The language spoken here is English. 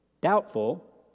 Doubtful